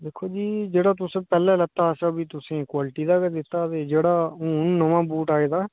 दिक्खो जी जेह्ड़ा तुसें पैह्लें लैता हा असें भी तुसें ई क्वालिटी दा गै दित्ता ते जेह्ड़ा हून नमां बूट आए दा